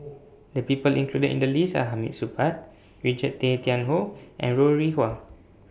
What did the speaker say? The People included in The list Are Hamid Supaat Richard Tay Tian Hoe and Ho Rih Hwa